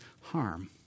harm